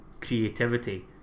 creativity